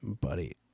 buddy